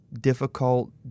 difficult